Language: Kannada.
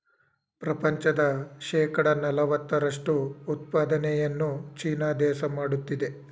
ಪ್ರಪಂಚದ ಶೇಕಡ ನಲವತ್ತರಷ್ಟು ಉತ್ಪಾದನೆಯನ್ನು ಚೀನಾ ದೇಶ ಮಾಡುತ್ತಿದೆ